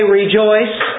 rejoice